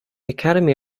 academy